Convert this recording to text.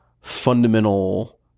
fundamental